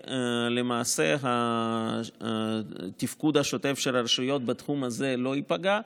ולמעשה התפקוד השוטף של הרשויות בתחום הזה לא ייפגע.